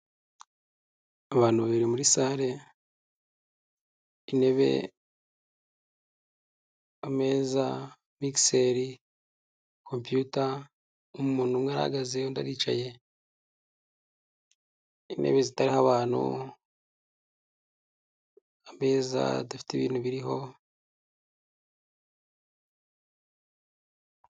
Abantu babiri muri sare, intebe, ameza, migiseri, kompiyuta, umuntu umwe arahagaze undi aricaye, intebe zitariho abantu, ameza adafite ibintu biriho.